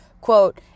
quote